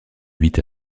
huit